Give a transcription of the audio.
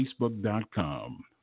Facebook.com